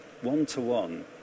one-to-one